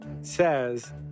says